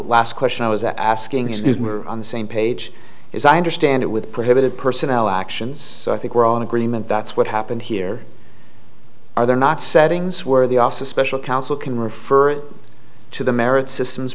last question i was asking since we're on the same page as i understand it with prohibited personnel actions i think we're all in agreement that's what happened here are there not settings where the office of special counsel can refer to the merits systems